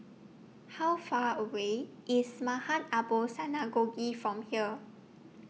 How Far away IS Maghain Aboth Synagogue from here